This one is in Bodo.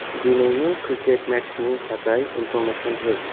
दिनैनि क्रिकेट मेट्चनि थाखाय इनफरमेसन हो